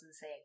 say